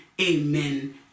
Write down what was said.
amen